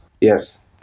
Yes